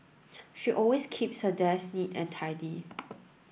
she always keeps her desk neat and tidy